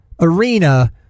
arena